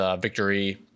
Victory